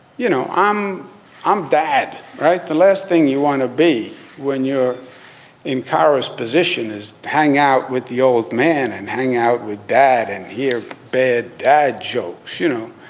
you know, i'm i'm dad. all right the last thing you want to be when you're in kyra's position is hang out with the old man and hang out with dad and hear bad dad joe chenault,